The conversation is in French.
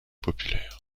populaire